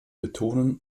betonen